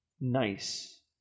nice